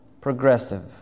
progressive